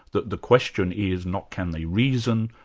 that the question is not can they reason,